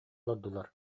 олордулар